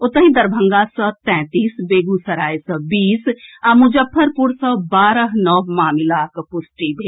ओतहि दरभंगा सँ तैंतीस बेगूसराय सँ बीस आ मुजफ्फरपुर सँ बारह नव मामिलाक पुष्टि भेल